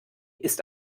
ist